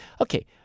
okay